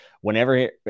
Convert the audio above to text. whenever